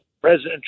President